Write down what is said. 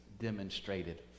demonstrated